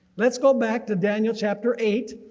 let's go back to daniel chapter eight,